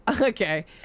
Okay